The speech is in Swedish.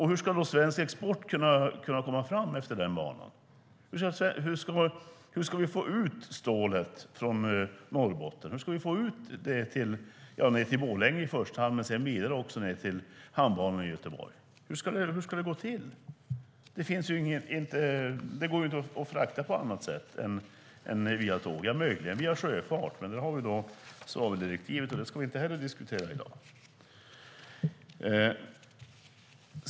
Hur ska svensk export kunna transportera sina varor efter den banan? Hur ska vi få ut stålet från Norrbotten? Hur ska vi få ut det till i första hand Borlänge och sedan vidare ned till Hamnbanan i Göteborg? Hur ska det gå till? Det går inte att frakta på annat sätt än via tåg - möjligen via sjöfart, men där har vi svaveldirektivet att ta hänsyn till, och det ska vi inte diskutera i dag.